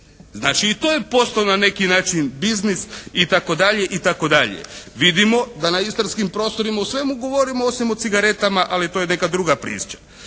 Znači i to je postao na neki način biznis itd. itd. Vidimo da na istarskim prostorima o svemu govorimo osim o cigaretama, ali to je neka druga priča.